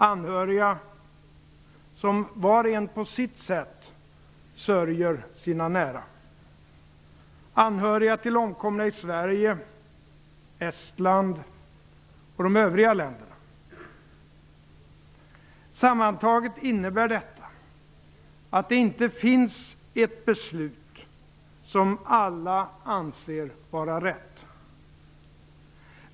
Anhöriga som var och en på sitt sätt sörjer sina nära. Anhöriga till omkomna i Sverige, Estland och de övriga länderna. Sammantaget innebär detta att det inte finns ett beslut som alla anser vara rätt.